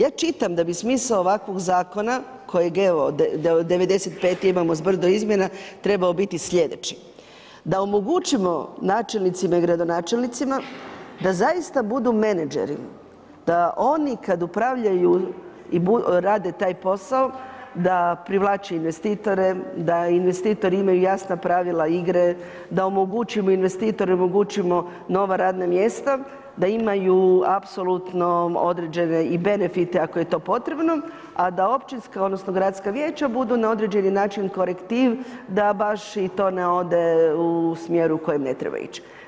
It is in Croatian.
Ja čitam da bi smisao ovakvog zakona kojeg evo 95 imamo, brdo izmjena, trebao biti slijedeći, da omogućimo načelnicima i gradonačelnicima da zaista budu menadžeri, da oni kad upravljaju i rade taj posao, da provlače investitore, da investitori imaju jasna pravila igre, da omogućimo investitorima nova radna mjesta, da imaju apsolutno određene i benefite ako je to potrebne a da općinska odnosno gradska vijeća budu na određeni način korektiv da baš i to ne ode u smjeru u kojem ne treba ići.